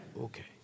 Okay